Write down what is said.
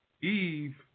Eve